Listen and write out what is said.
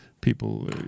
people